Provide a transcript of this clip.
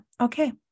okay